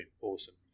awesome